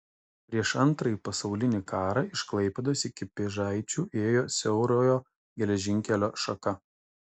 prieš antrąjį pasaulinį karą iš klaipėdos iki pėžaičių ėjo siaurojo geležinkelio šaka